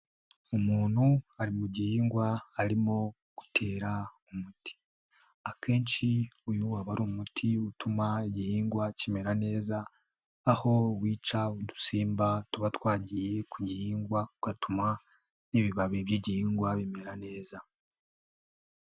Umuntu ari mu gihingwa arimo gutera umuti akenshi uyu aba ari umuti utuma igihingwa kimera neza aho wica udusimba tuba twagiye ku gihingwa ugatuma n'ibibabi by'igihingwa bimera neza.